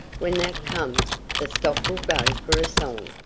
when that comes the stock will go for a song.